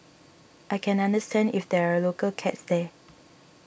I can understand if there are local cats there